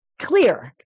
clear